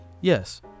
Yes